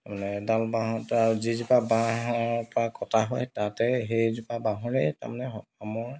এডাল বাঁহত আৰু যিজোপা বাঁহৰপৰা কটা হয় তাতে সেইজোপা বাঁহৰে তাৰমানে সময়